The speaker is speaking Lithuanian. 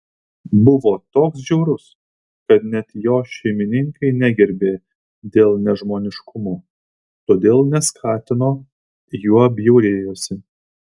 buvo toks žiaurus kad net jo šeimininkai negerbė dėl nežmoniškumo todėl neskatino juo bjaurėjosi